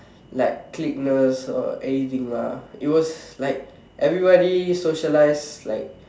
like cliqueness or anything lah it was like everybody socialise like